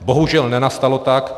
Bohužel, nenastalo se tak.